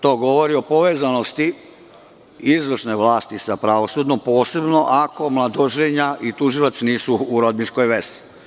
To govori o povezanosti izvršne vlasti sa pravosudnom, posebno ako mladoženja i tužilac nisu u rodbinskoj vezi.